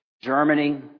Germany